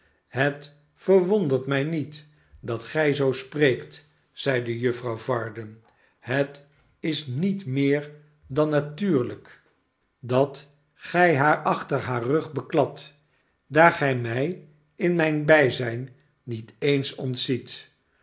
het verwondert mij niet dat gij zoo spreekt zeide juffrouw varden het is niet meer dan natuurlijk dat gij haar achter haar rug bekladt daar gij mij in mijn bijzijn niet eens ontziet